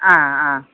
ആ ആ